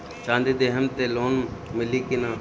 चाँदी देहम त लोन मिली की ना?